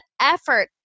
effort